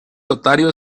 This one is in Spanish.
lotario